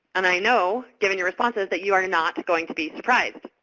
and i know, given your responses, that you are not going to be surprised.